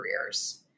careers